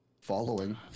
Following